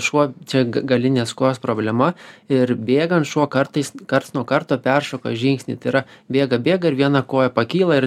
šuo čia galinės kojos problema ir bėgant šuo kartais karts nuo karto peršoka žingsnį tai yra bėga bėga ir viena koja pakyla ir